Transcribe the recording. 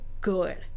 good